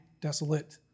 desolate